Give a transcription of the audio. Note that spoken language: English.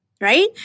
right